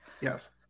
Yes